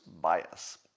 bias